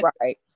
Right